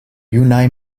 junaj